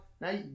now